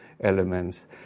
elements